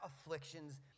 afflictions